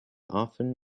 often